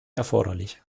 erforderlich